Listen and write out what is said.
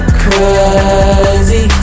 crazy